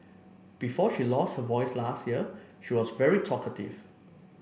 before she lost her voice last year she was very talkative